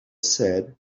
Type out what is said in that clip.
said